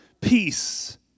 Peace